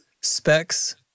Specs